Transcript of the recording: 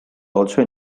also